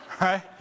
Right